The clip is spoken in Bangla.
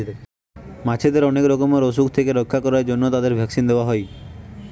মাছেদের অনেক রকমের অসুখ থেকে রক্ষা করার জন্য তাদের ভ্যাকসিন দেওয়া হয়